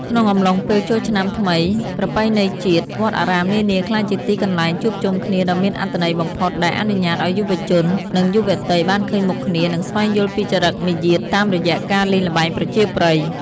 ក្នុងអំឡុងពេលបុណ្យចូលឆ្នាំថ្មីប្រពៃណីជាតិ វត្តអារាមនានាក្លាយជាទីកន្លែងជួបជុំគ្នាដ៏មានអត្ថន័យបំផុត ដែលអនុញ្ញាតឱ្យយុវជន និងយុវតីបានឃើញមុខគ្នា និងស្វែងយល់ពីចរិតមាយាទតាមរយៈការលេងល្បែងប្រជាប្រិយ។